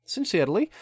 Sincerely